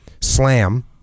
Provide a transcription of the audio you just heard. slam